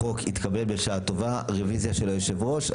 החוק התקבל בשעה טובה, עם רוויזיה של היושב-ראש.